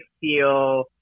feel